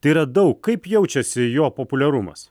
tai yra daug kaip jaučiasi jo populiarumas